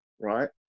right